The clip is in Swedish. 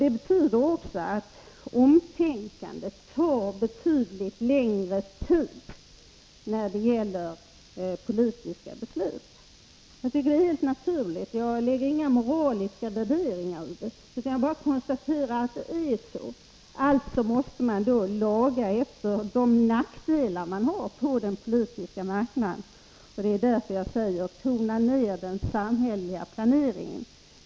Bl. a. tar omtänkande betydligt längre tid när det gäller politiska beslut. Jag tycker det är helt naturligt, och jag lägger inga moraliska värderingar i det, utan konstaterar bara att det är så. Alltså måste man rätta sig efter de nackdelar man har på den politiska marknaden. Det är därför jag säger: Tona ned den samhälleliga planeringen!